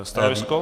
Stanovisko?